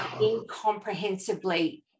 incomprehensibly